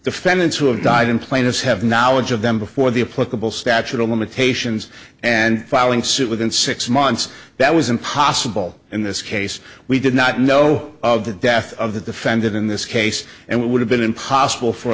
defendants who have died in plaintiffs have knowledge of them before the a political statute of limitations and filing suit within six months that was impossible in this case we did not know of the death of the defendant in this case and would have been impossible for